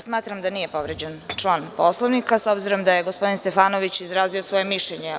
Smatram da nije povređen član Poslovnika, s obzirom da je gospodin Stefanović izrazio svoje mišljenje.